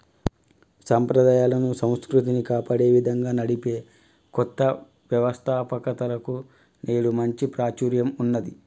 సంప్రదాయాలను, సంస్కృతిని కాపాడే విధంగా నడిపే కొత్త వ్యవస్తాపకతలకు నేడు మంచి ప్రాచుర్యం ఉన్నది